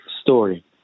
story